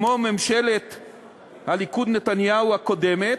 כמו ממשלת הליכוד, נתניהו, הקודמת,